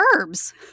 verbs